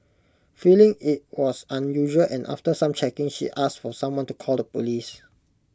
feeling IT was unusual and after some checking she asked for someone to call the Police